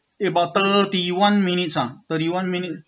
about thirty one minutes ah thirty one minute